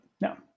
no